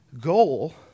goal